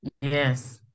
Yes